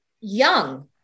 young